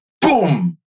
boom